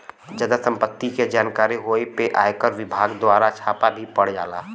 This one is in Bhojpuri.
जादा सम्पत्ति के जानकारी होए पे आयकर विभाग दवारा छापा भी पड़ जाला